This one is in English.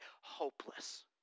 Hopeless